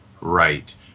right